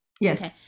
Yes